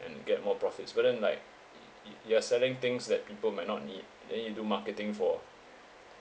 and get more profits but then like it it you are selling things that people might not need and then you do marketing for